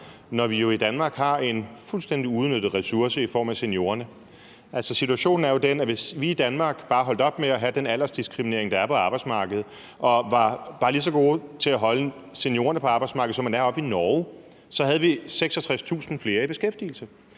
når vi jo i Danmark har en fuldstændig uudnyttet ressource i form af seniorerne. Altså, situationen er jo den, at hvis vi i Danmark bare holdt op med at have den aldersdiskriminering, der er på arbejdsmarkedet, og bare var lige så gode til at holde seniorerne på arbejdsmarkedet, som man er oppe i Norge, så havde vi 66.000 flere i beskæftigelse,